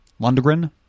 Lundgren